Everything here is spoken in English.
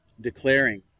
declaring